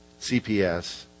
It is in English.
CPS